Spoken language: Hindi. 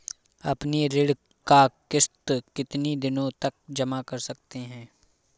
अपनी ऋण का किश्त कितनी दिनों तक जमा कर सकते हैं?